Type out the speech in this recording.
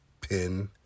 pin